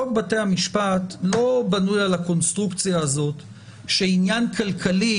חוק בתי המשפט לא בנוי על הקונסטרוקציה הזאת שעניין כלכלי,